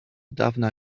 dawna